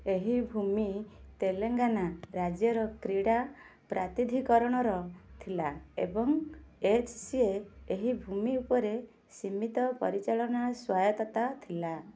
ଏହି ଭୂମି ତେଲେଙ୍ଗାନା ରାଜ୍ୟର କ୍ରୀଡ଼ା ପ୍ରାଧିକରଣର ଥିଲା ଏବଂ ଏଚ୍ ସି ଏ ଏହି ଭୂମି ଉପରେ ସୀମିତ ପରିଚାଳନା ସ୍ୱାୟତ୍ତତା ଥିଲା